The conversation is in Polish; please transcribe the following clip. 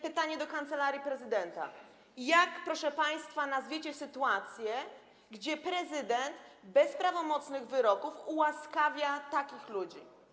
Pytanie do Kancelarii Prezydenta RP: Proszę państwa, jak nazwiecie sytuację, gdzie prezydent bez prawomocnych wyroków ułaskawia takich ludzi?